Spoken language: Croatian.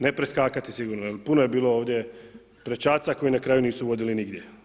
Ne preskakati sigurno jer puno je bilo ovdje prečaca koji na kraju nisu vodili nigdje.